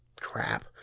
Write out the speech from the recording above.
crap